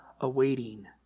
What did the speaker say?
awaiting